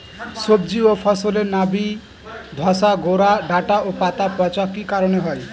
সবজি ও ফসলে নাবি ধসা গোরা ডাঁটা ও পাতা পচা কি কারণে হয়?